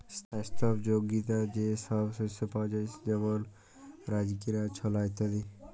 স্বাস্থ্যপ যগীতা যে সব শস্য পাওয়া যায় যেমল রাজগীরা, ছলা ইত্যাদি